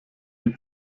die